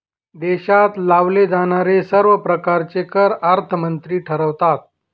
देशात लावले जाणारे सर्व प्रकारचे कर अर्थमंत्री ठरवतात